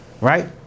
right